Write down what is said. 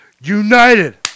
United